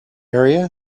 area